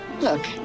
Look